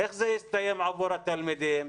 איך זה הסתיים עבור התלמידים?